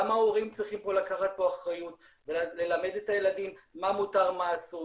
גם ההורים צריכים לקחת פה אחריות וללמד את הילדים מה מותר ומה אסור,